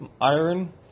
iron